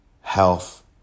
health